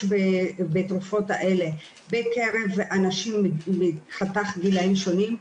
בתרופות האלה בקרב אנשים בחתך גילאים שונים,